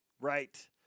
Right